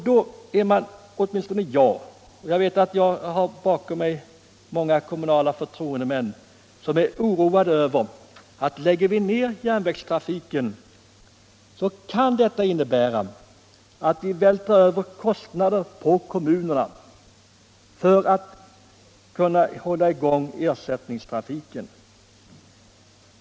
Då blir åtminstone jag — och jag vet att jag bakom mig har många kommunala förtroendemän — oroad över att det, om vi lägger ned järnvägstrafiken, kan innebära att vi vältrar över kostnader på kommunerna för att de skall hålla i gång ersättningstrafiken.